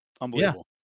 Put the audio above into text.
Unbelievable